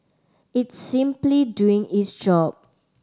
it's simply doing its job